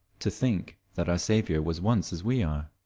to think that our saviour was once as we are?